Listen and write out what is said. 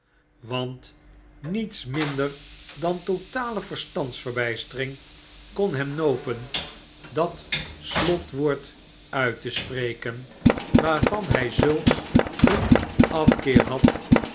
want niets minder dan totale verstandsverbijstering kon hem nopen dat slotwoord uit te spreken waarvan hij zulk een afkeer had